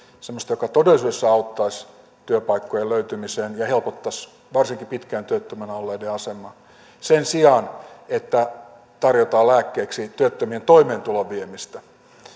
semmoista joka todellisuudessa auttaisi työpaikkojen löytymiseen ja helpottaisi varsinkin pitkään työttömänä olleiden asemaa sen sijaan että tarjotaan lääkkeeksi työttömien toimeentulon viemistä